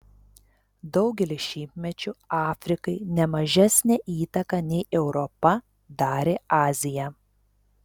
daugelį šimtmečių afrikai ne mažesnę įtaką nei europa darė azija